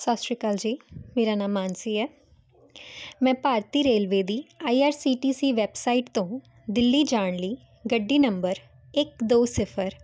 ਸਤਿ ਸ਼੍ਰੀ ਅਕਾਲ ਜੀ ਮੇਰਾ ਨਾਮ ਮਾਨਸੀ ਹੈ ਮੈਂ ਭਾਰਤੀ ਰੇਲਵੇ ਦੀ I R C T C website ਤੋਂ ਦਿੱਲੀ ਜਾਣ ਲਈ ਗੱਡੀ ਨੰਬਰ ਇੱਕ ਦੋ ਸਿਫਰ